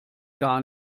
gar